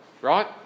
right